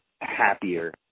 happier